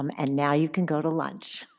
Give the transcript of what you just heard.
um and now you can go to lunch.